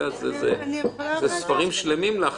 מדובר בספרים שלמים.